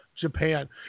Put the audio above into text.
Japan